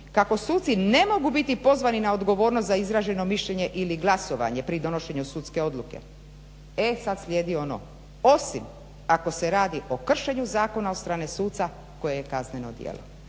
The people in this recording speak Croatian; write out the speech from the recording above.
kako suci ne mogu biti pozvani na odgovornost za izraženo mišljenje ili glasovanje pri donošenju sudske odluke. E sada slijedi ono, osim ako se radi o kršenju zakona od strane suca koje je kazneno djelo.